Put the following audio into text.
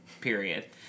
Period